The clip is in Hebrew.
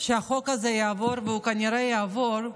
כשהחוק הזה יעבור, והוא כנראה יעבור,